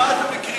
את מה אתה מקריא?